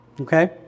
Okay